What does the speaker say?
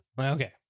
Okay